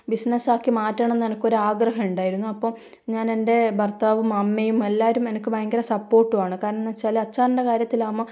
ബിസ്നെസ്സാക്കി മാറ്റണം എന്ന് എനക്കൊരാഗ്രഹം ഉണ്ടായിരുന്നു അപ്പം ഞാൻ എൻ്റെ ഭർത്താവും അമ്മയും എല്ലാവരും എനിക്ക് ഭയങ്കര സപ്പോർട്ടു ആണ് കാരണം എന്ന് വച്ചാൽ അച്ചാറിൻ്റെ കാര്യത്തിൽ ആകുമ്പം